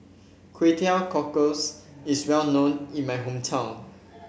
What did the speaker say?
Kway Teow Cockles is well known in my hometown